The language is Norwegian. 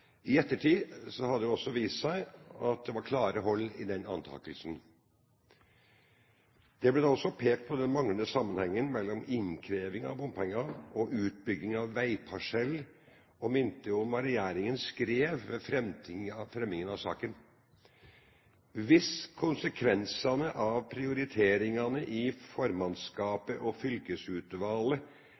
I ettertid har det også vist seg at det var klare hold i den antakelsen. Det ble også pekt på den manglende sammenhengen mellom innkreving av bompenger og utbygging av veiparsell, og man minnet om hva regjeringen skrev da saken ble fremmet: «Viss konsekvensane av prioriteringane i formannskapet og